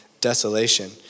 desolation